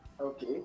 okay